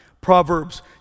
Proverbs